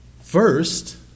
First